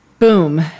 Boom